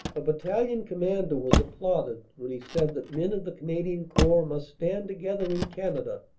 a battalion commander was applauded when he said that men of the canadian corps must stand together in canada,